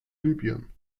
libyen